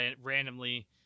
randomly